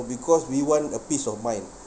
because we want a peace of mind